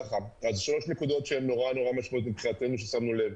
שלוש נקודות שהן נורא משמעותיות מבחינתנו ששמנו לב,